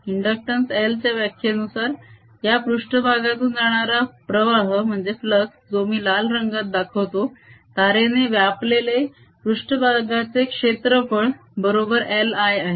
inductance L च्या व्याख्येनुसार या पृष्ट्भागातून जाणारा प्रवाह जो मी लाल रंगात दाखवतो तारेने व्यापलेले पृष्ट्भागाचे क्षेत्रफळ बरोबर L I आहे